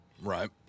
Right